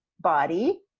body